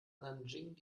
nanjing